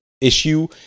issue